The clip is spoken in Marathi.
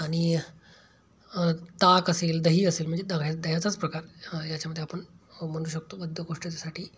आणि ताक असेल दही असेल म्हणजे दया दह्याचाच प्रकार याच्यामध्ये आपण म्हणू शकतो बद्धकोष्ठतेसाठी